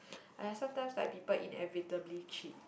!aiya! sometimes like people inevitably cheat